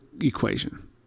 equation